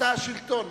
אתה השלטון.